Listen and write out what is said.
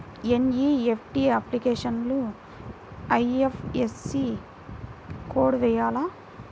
NEFT అప్లికేషన్లో IFSC code వేయాలా?